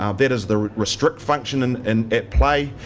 um that is the restrict function and and at play.